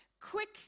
quick